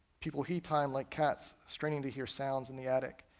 people heed time like cats straining to hear sounds in the attic,